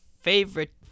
favorite